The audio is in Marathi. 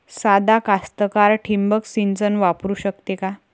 सादा कास्तकार ठिंबक सिंचन वापरू शकते का?